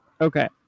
Okay